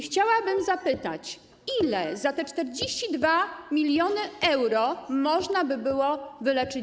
Chciałabym zapytać: Ile dzieci za te 42 mln euro można by było wyleczyć?